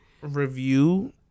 review